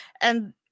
And-